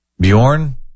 Bjorn